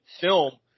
film